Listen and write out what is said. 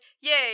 yay